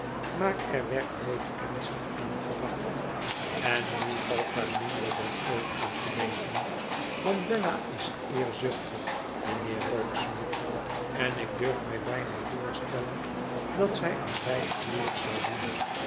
maar er werd nooit ernstig aan gedacht en nu valt daar minder dan ooit aan te denken want bella is eerzuchtig mijnheer rokesmith en ik durf mij bijna voorstellen dat zij een rijk huwelijk zal doen